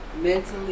mentally